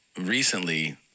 recently